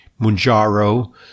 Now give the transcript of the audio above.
Munjaro